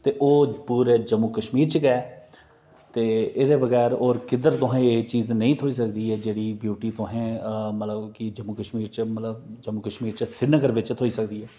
ते ओह् पूरे जम्मू कशमीर च गे ते एहदे बगैर तुसें गी एह् चीज़ नेईं थ्होई सकदी ऐ जेहड़ी ब्यूटी तुसें जम्मू कश्मीर च मतलब जम्मू कशमीर च श्रीनगर च थ्होई सकदी ऐ